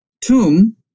tomb